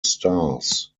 stars